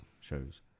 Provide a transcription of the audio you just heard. shows